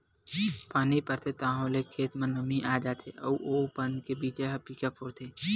पानी परथे ताहाँले खेत म नमी आ जाथे अउ ओ बन के बीजा ह पीका फोरथे